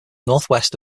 northwest